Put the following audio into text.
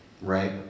right